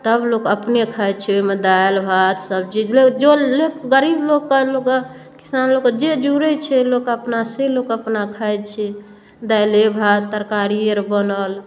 तब लोक अपने खाय छै ओइमे दालि भात सब्जी गरीब लोकके लोग किसान लोगके जे जुड़ै छै लोगके अपना से लोग अपना खाइ छै दालिये भात तरकारी अर बनल